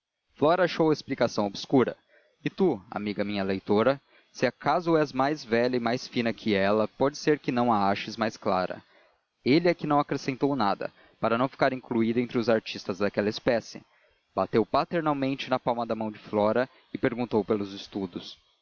achou a explicação obscura e tu amiga minha leitora se acaso és mais velha e mais fina que ela pode ser que a não aches mais clara ele é que não acrescentou nada para não ficar incluído entre os artistas daquela espécie bateu paternalmente na palma da mão de flora e perguntou pelos estudos